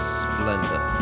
splendor